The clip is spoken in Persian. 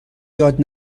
یاد